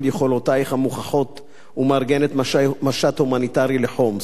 יכולותייך המוכחות ומארגנת משט הומניטרי לחומס.